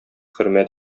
хөрмәт